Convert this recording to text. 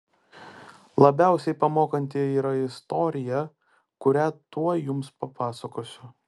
labiausiai pamokanti yra istorija kurią tuoj jums papasakosiu